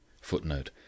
Footnote